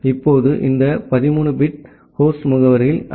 இப்போது இந்த 13 bit host முகவரியில் ஐ